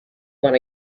when